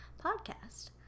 podcast